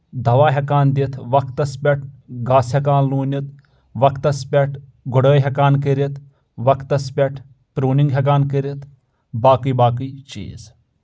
دوا ہؠکان دِتھ وقتس پؠٹھ گاسہٕ ہؠکان لوٗنِتھ وقتس پؠٹھ گُڑٲے ہؠکان کٔرِتھ وقتس پؠٹھ ترونگ ہؠکان کٔرِتھ باقٕے باقٕے چیٖز